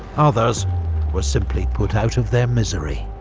others were simply put out of their misery.